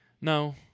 no